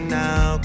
now